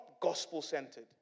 gospel-centered